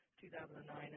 2009